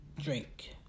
drink